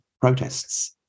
protests